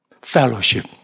fellowship